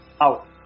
out